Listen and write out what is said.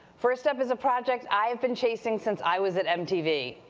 first up is a project i have been chasing since i was at mtv.